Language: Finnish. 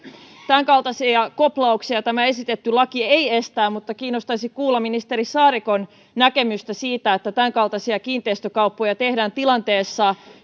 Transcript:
tämänkaltaisia koplauksia tämä esitetty laki ei estä mutta kiinnostaisi kuulla ministeri saarikon näkemystä siitä että tämänkaltaisia kiinteistökauppoja tehdään tilanteessa